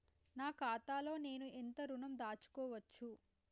నా ఖాతాలో నేను ఎంత ఋణం దాచుకోవచ్చు?